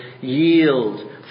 yield